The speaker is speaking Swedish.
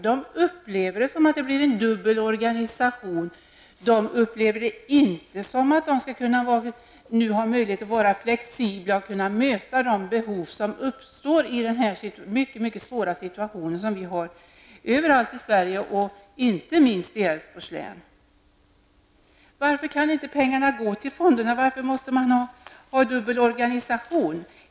De upplever att det blir en dubbel organisation och inte som att de nu får möjlighet att vara flexibla och kunna möta de behov som uppstår i den mycket svåra situation som råder i hela Sverige, och inte minst i Älvsborgs län. Varför kan pengarna inte gå till fonderna? Varför måste man ha en dubbel organisation?